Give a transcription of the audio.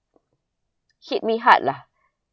hit me hard lah